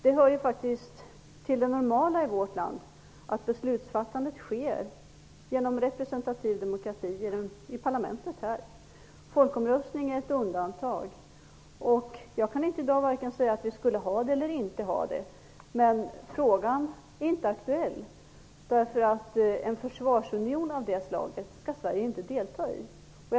Det hör faktiskt till det normala i vårt land att beslutsfattandet sker genom representativ demokrati, här i parlamentet. Folkomröstning är ett undantag. Jag kan i dag varken säga att vi skall ha en sådan eller inte ha det. Men frågan är inte aktuell därför att Sverige inte skall delta i en försvarsunion av det slaget.